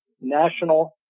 national